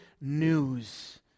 news